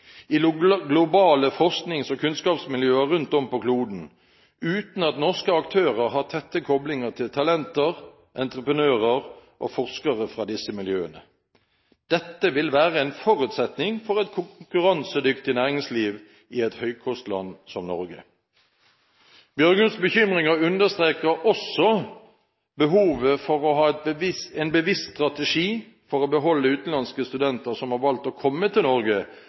grenser, i globale forsknings- og kunnskapsmiljøer rundt om på kloden, uten at norske aktører har tette koblinger til talenter, entreprenører og forskere fra disse miljøene. Dette vil være en forutsetning for et konkurransedyktig næringsliv i et høykostland som Norge. Bjørgums bekymringer understreker også behovet for å ha en bevisst strategi for å beholde utenlandske studenter som har valgt å komme til Norge,